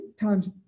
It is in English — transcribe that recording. times